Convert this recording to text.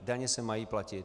Daně se mají platit.